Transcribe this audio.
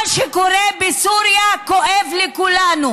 מה שקורה בסוריה כואב לכולנו,